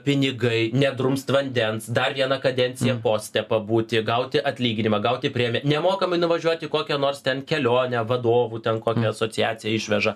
pinigai nedrumst vandens dar vieną kadenciją poste pabūti gauti atlyginimą gauti premiją nemokamai nuvažiuot į kokią nors ten kelionę vadovų ten kokia asociacija išveža